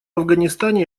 афганистане